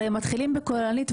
הרי מתחילים בכוללנית,